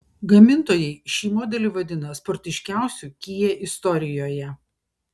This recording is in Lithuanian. gamintojai šį modelį vadina sportiškiausiu kia istorijoje